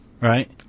right